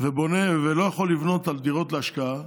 ולא יכול לבנות על דירות להשקעה,